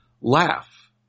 laugh